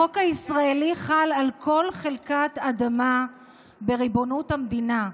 החוק הישראלי חל על כל חלקת אדמה בריבונות המדינה.